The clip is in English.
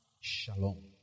shalom